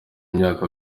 imyaka